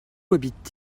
habitent